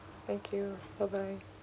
thank you bye bye